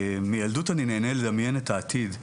מילדות אני נהנה לדמיין את העתיד,